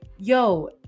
yo